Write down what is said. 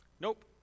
Nope